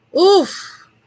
oof